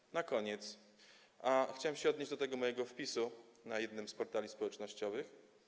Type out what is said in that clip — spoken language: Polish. I na koniec chciałem się odnieść do tego mojego wpisu na jednym z portali społecznościowych.